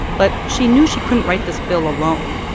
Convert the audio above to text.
but she knew she couldn't write this bill alone.